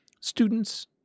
students